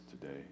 today